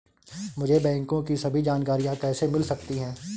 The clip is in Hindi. मुझे बैंकों की सभी जानकारियाँ कैसे मिल सकती हैं?